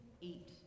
eat